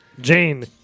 Jane